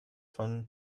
von